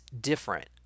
different